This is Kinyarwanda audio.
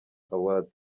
awards